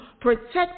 protect